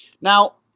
Now